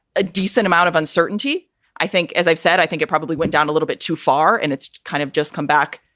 a decent amount of uncertainty. i think, as i've said, i think it probably went down a little bit too far and it's kind of just come back,